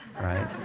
right